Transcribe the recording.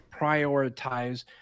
prioritize